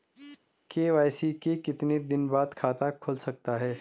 KYC के कितने दिन बाद खाता खुल सकता है?